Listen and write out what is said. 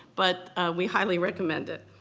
but we highly recommend it.